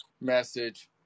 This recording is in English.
message